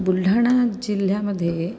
बुलढाणा जिल्ह्यामध्ये